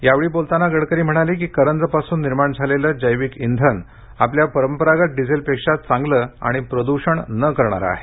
यावेळी बोलताना गडकरी म्हणाले की करंजपासून निर्माण झालेलं हे जैविक इंधन आपल्या परंपरागत डिझेलपेक्षा चांगलं आणि प्रदूषण न करणारं आहे